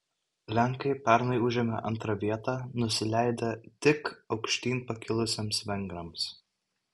lenkai pernai užėmė antrą vietą nusileidę tik aukštyn pakilusiems vengrams